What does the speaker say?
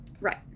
Right